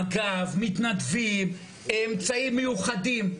מג"ב, מתנדבים, אמצעים מיוחדים.